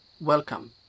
Welcome